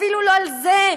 אפילו לא על זה.